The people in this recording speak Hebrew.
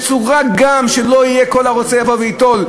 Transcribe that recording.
גם בצורה שלא יהיה כל הרוצה יבוא וייטול,